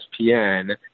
ESPN